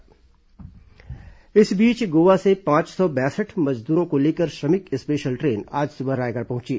श्रमिक वापसी गोवा से पांच सौ बासठ मजदूरों को लेकर श्रमिक स्पेशल ट्रेन आज सुबह रायगढ़ पहुंची